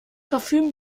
parfüm